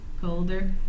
Colder